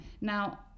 Now